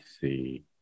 see